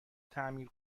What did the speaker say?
تعمیر